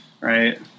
right